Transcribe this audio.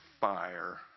fire